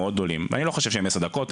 גדולים מאוד ואני לא חושב שהם עשר דקות,